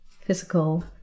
physical